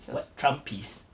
what trumpist